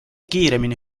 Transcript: kiiremini